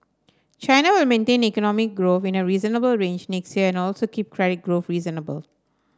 China will maintain economic growth in a reasonable range next year and also keep credit growth reasonable